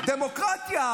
דמוקרטיה,